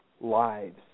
lives